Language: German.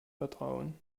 vertrauen